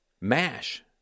MASH